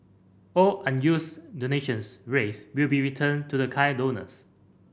all unused donations raised will be returned to the kind donors